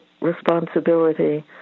responsibility